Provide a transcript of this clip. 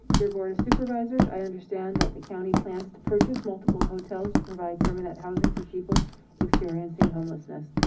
dear board of supervisors. i understand that the county plans to purchase multiple hotels, to provide permanent housing for people experiencing homelessness.